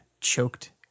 choked